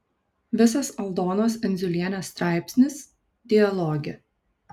visas aldonos endziulienės straipsnis dialoge